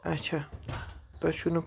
اچھا تۄہہِ چھُ نہٕ